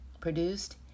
Produced